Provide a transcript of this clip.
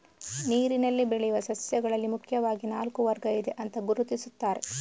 ನೀರಿನಲ್ಲಿ ಬೆಳೆಯುವ ಸಸ್ಯಗಳಲ್ಲಿ ಮುಖ್ಯವಾಗಿ ನಾಲ್ಕು ವರ್ಗ ಇದೆ ಅಂತ ಗುರುತಿಸ್ತಾರೆ